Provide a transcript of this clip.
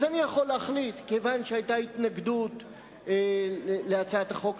אז אני יכול להחליט שכיוון שהיתה התנגדות להצעת החוק,